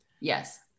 yes